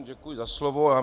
Děkuji za slovo.